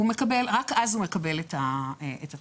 רק אז הוא מקבל את התשלום.